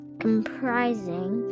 comprising